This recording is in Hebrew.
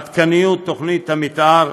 עדכניות תוכנית המתאר,